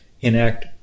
enact